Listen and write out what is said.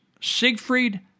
Siegfried